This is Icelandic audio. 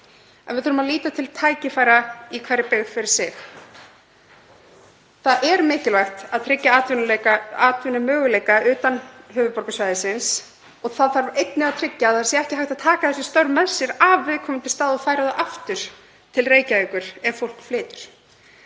En við þurfum að líta til tækifæra í hverri byggð fyrir sig. Það er mikilvægt að tryggja atvinnumöguleika utan höfuðborgarsvæðisins og einnig þarf að tryggja að það sé ekki hægt að taka þessi störf með sér af viðkomandi stað og færa þau aftur til Reykjavíkur ef fólk flytur.